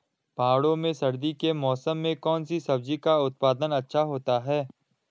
पहाड़ों में सर्दी के मौसम में कौन सी सब्जी का उत्पादन अच्छा होता है?